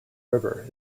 river